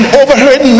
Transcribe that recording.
overheard